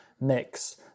mix